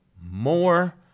more